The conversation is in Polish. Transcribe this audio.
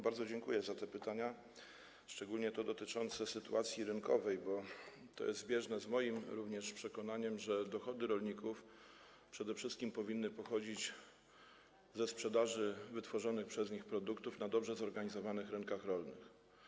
Bardzo dziękuję za te pytania, szczególnie to dotyczące sytuacji rynkowej, bo to jest zbieżne również z moim przekonaniem, że dochody rolników przede wszystkim powinny pochodzić ze sprzedaży wytworzonych przez nich produktów na dobrze zorganizowanych rynkach rolnych.